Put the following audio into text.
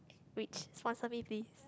which sponsor me please